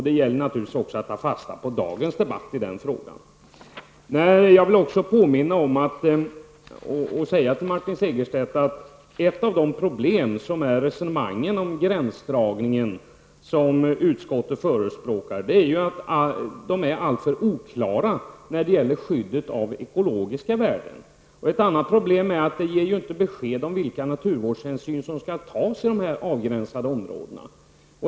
Det gäller naturligtvis också att ta fasta på dagens debatt i den frågan. Ett av de problem när det gäller gränsdragningen som framgår av vad utskottet förespråkar är oklarheten när det gäller skyddet av ekologiska värden. Ett annat problem är att vi inte får besked om vilka naturvårdshänsyn som skall tas i de avgränsade områdena.